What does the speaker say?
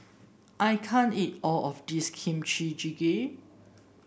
I can't eat all of this Kimchi Jjigae